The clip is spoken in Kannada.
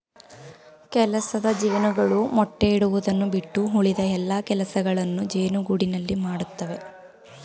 ಕೆಲಸದ ಜೇನುಗಳು ಮೊಟ್ಟೆ ಇಡುವುದನ್ನು ಬಿಟ್ಟು ಉಳಿದ ಎಲ್ಲಾ ಕೆಲಸಗಳನ್ನು ಜೇನುಗೂಡಿನಲ್ಲಿ ಮಾಡತ್ತವೆ